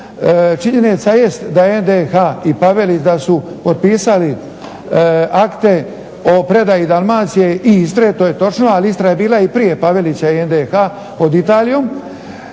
činjenica jest da je NDH i Pavelić da su otpisali akte o predaji Dalmacije i Istre, to je točno, ali Istra je bila i prije Pavelića i NDH pod Italijom,